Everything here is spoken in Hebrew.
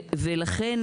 לכן